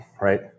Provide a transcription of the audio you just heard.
right